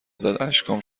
زد، اشکام